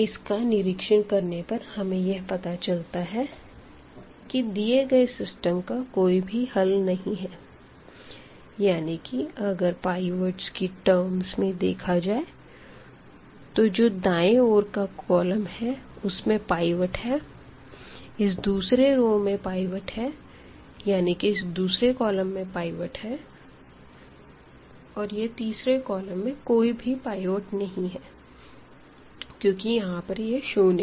इसका निरीक्षण करने पर हमें यह पता चलता है कि दिए गए सिस्टम का कोई भी हल नहीं है यानी कि अगर पाइवटस की टर्म्स में देखा जाए तो जो दाएं ओर का कॉलम है उस में पाइवट है इस दूसरे रो में पाइवट है यानी कि इस दूसरे कॉलम में पाइवट है और यह तीसरे कॉलम में कोई भी पाइवट नहीं है क्योंकि यहां पर यह शून्य है